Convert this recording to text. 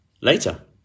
later